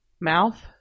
Mouth